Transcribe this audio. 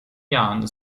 jahren